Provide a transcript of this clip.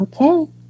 Okay